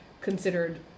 considered